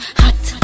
hot